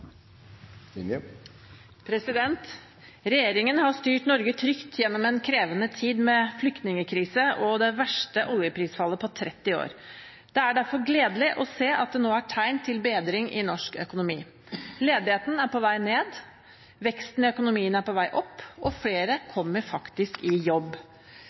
har. Regjeringen har styrt Norge trygt gjennom en krevende tid med flyktningkrise og det verste oljeprisfallet på 30 år. Det er derfor gledelig å se at det nå er tegn til bedring i norsk økonomi. Ledigheten er på vei ned, veksten i økonomien er på vei opp, og flere kommer faktisk i jobb.